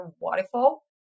waterfall